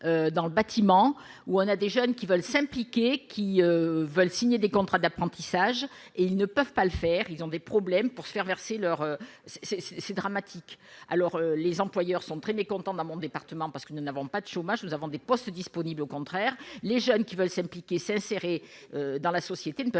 dans le bâtiment où on a des jeunes qui veulent s'impliquer qui veulent signer des contrats d'apprentissage et ils ne peuvent pas le faire, ils ont des problèmes pour se faire verser leur c'est c'est c'est dramatique alors les employeurs sont très mécontents dans mon département, parce que nous n'avons pas de chômage, nous avons des postes disponibles, au contraire, les jeunes qui veulent s'impliquer s'insérer dans la société